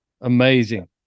amazing